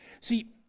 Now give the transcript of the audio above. See